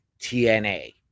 TNA